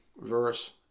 verse